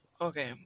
Okay